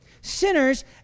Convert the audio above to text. Sinners